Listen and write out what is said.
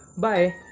Bye